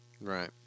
Right